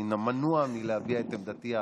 אני מנוע מלהביע את עמדתי הפוליטית.